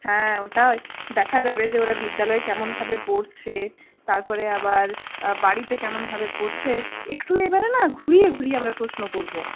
হ্যাঁ ওটা দেখা যাবে যে ওরা বিদ্যালয়ে কেমনভাবে পড়ছে তার পরে আবার বাড়িতে কেমনভাবে পড়ছে একটু এবারে না ঘুরিয়ে ঘুরিয়ে আমরা প্রশ্ন করব